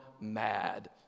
mad